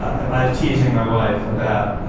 um i was teasing my wife about